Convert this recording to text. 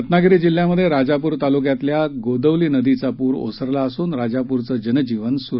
रत्नागिरी जिल्ह्यात राजापूर तालुक्यातल्या कोदवली नदीचा पूर ओसरला असून राजापूरचं जनजीवन सुरळीत झालं आहे